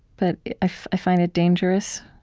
but i i find it dangerous.